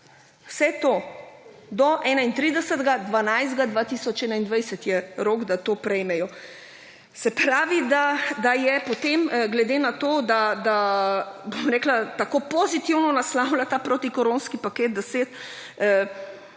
Vse to do 31. 12. 2021 je rok, da to prejmejo. Se pravi, da je potem glede na to, da tako pozitivno naslavlja ta protikoronski paket da